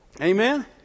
Amen